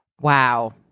Wow